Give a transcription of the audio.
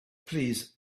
please